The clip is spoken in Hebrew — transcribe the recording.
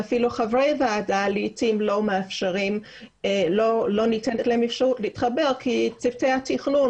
שאפילו חברי הוועדה לעתים לא ניתנת להם אפשרות להתחבר כי צוותי התכנון,